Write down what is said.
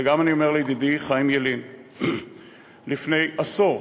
וגם אני אומר לידידי חיים ילין, לפני עשור,